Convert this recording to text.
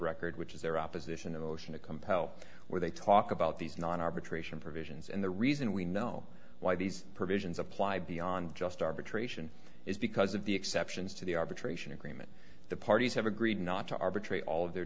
record which is their opposition a motion to compel where they talk about these non arbitration provisions and the reason we know why these provisions apply beyond just arbitration is because of the exceptions to the arbitration agreement the parties have agreed not to arbitrate all of their